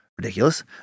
ridiculous